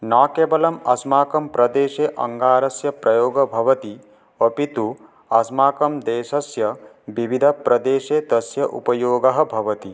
न केवलम् अस्माकं प्रदेशे अङ्गारस्य प्रयोगो भवति अपि तु अस्माकं देशस्य विविधप्रदेशे तस्य उपयोगः भवति